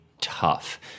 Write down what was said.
tough